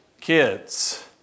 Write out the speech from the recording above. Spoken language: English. kids